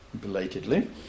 belatedly